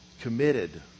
committed